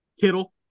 Kittle